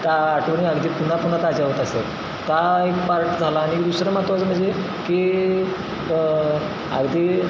त्या आठवणी अगदी पुन्हा पुन्हा ताज्या होत असत ता एक पार्ट झाला आणि दुसरं महत्त्वाचं म्हणजे की अगदी